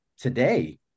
today